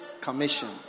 Commission